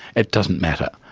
it doesn't matter.